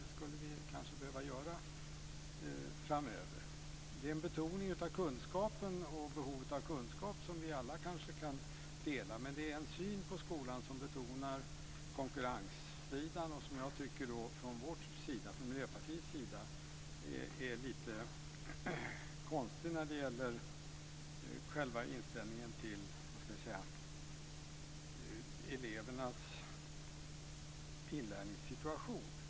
Det skulle vi kanske behöva göra framöver. Det är en betoning av behovet av kunskap som vi kanske alla kan dela. Men det är en syn på skolan som betonar konkurrenssidan. Vi från Miljöpartiet tycker att själva inställningen till elevernas inlärningssituation är litet konstig.